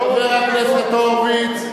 חבר הכנסת הורוביץ.